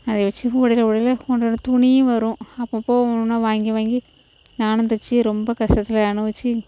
அது வெச்சு உலர உலர ஒன்று ரெண்டு துணியும் வரும் அப்பப்போது ஒன்று ஒன்றா வாங்கி வாங்கி நானும் தைச்சி ரொம்ப கஷ்டத்தை அனுபவித்து